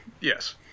Yes